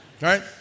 right